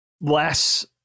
less